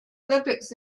olympics